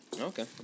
Okay